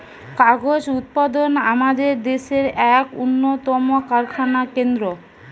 কাগজ উৎপাদন আমাদের দেশের এক উন্নতম কারখানা কেন্দ্র